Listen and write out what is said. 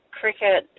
cricket